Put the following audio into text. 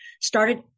started